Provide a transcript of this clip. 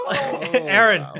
Aaron